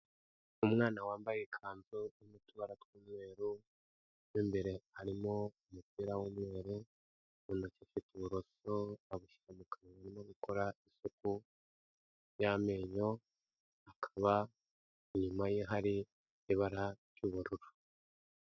Umwana wambaye ikanzu irimo utuba tw'umweru mo imbere harimo umupira w'umweru, mu ntoki afite uburoso abushyira mu kanwa, arimo gukora isuku y'amenyo, akaba inyuma ye hari ibara ry'ubururu.